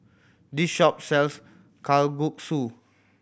this shop sells Kalguksu